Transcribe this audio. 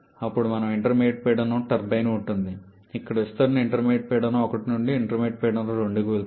అప్పుడు మనకు ఇంటర్మీడియట్ పీడనం టర్బైన్ ఉంటుంది ఇక్కడ విస్తరణ ఇంటర్మీడియట్ పీడనం 1 నుండి ఇంటర్మీడియట్ పీడనం 2కి వెళుతుంది